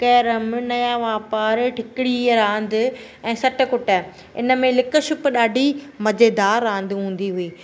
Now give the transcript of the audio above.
carrom नया वापारु ठिकड़ीअ रांदि ऐं सट कुट इन में लिकछिप ॾाढी मज़ेदारु रांदि हूंदी हुई